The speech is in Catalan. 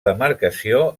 demarcació